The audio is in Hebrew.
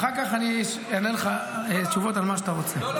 אחר כך אני אענה לך תשובות על מה שאתה רוצה.